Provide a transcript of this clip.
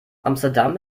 amsterdam